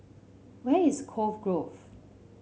where is Cove Grove